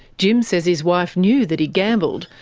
jim says his wife knew that he gambled,